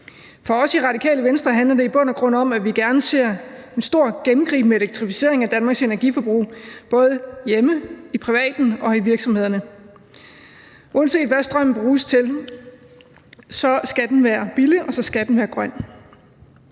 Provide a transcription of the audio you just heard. For os i Radikale Venstre handler det i bund og grund om, at vi gerne ser en stor, gennemgribende elektrificering af Danmarks energiforbrug, både hjemme i privaten og i virksomhederne. Uanset hvad strømmen bruges til, så skal den være billig, og den skal være grøn.